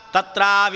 Tatra